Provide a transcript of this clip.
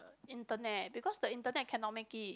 internet because the internet cannot make it